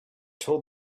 told